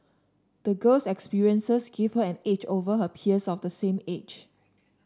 the girl's experiences gave her an edge over her peers of the same age